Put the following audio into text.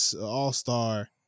All-Star